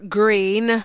green